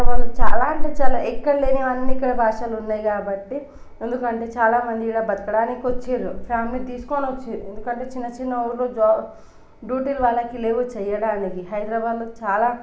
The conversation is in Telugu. ఇంకా మనం చాలా అంటే చాలా ఎక్కడ లేనన్ని భాషలు ఉన్నాయి కాబట్టి ఎందుకంటే చాలా మంది ఈడ బతకడానికి వచ్చిర్రు ఫ్యామిలీని తీసుకుని వచ్చిర్రు ఎందుకంటే చిన్న చిన్న ఊళ్ళో జాబ్ డ్యూటీలు వాళ్ళకి లేవు చేయడానికి హైదరాబాదులో చాలా